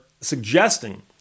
suggesting